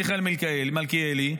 מיכאל מלכיאלי,